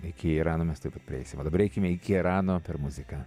iki irano mes tuoj pat prieisime o dabar eikime iki irano per muziką